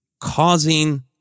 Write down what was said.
causing